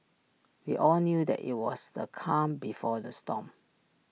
we all knew that IT was the calm before the storm